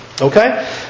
Okay